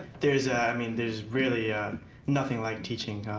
there's i mean there's really nothing like teaching.